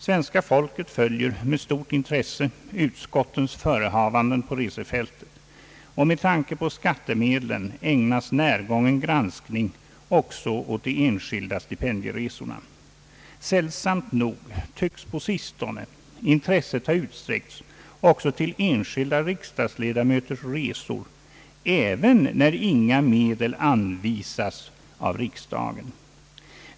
Svenska folket följer med stort intresse utskottens förehavanden på resefältet, och med tanke på skattemedlen ägnas närgången granskning också åt de enskilda stipendieresorna. Sällsamt nog tycks på sistone intresset ha utsträckts också till enskilda riksdagsledamöters resor även när inga medel anvisats av riksdagen.